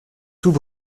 tout